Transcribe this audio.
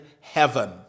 heaven